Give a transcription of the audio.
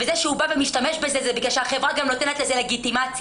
וזה שהוא בא ומשתמש בזה ובגלל שהחברה גם נותנת לזה לגיטימציה,